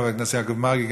חבר הכנסת יעקב מרגי,